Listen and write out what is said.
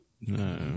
No